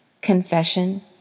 Confession